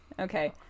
Okay